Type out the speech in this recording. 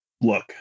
look